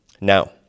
Now